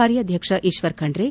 ಕಾರ್ಯಾಧ್ಯಕ್ಷ ಕುಶ್ವರ್ ಖಂಡ್ರೆ